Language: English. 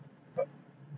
but